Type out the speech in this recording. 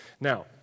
Now